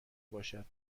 باشد